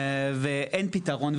ואין פתרון,